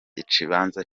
ikibanza